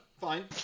Fine